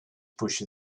push